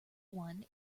one